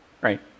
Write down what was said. right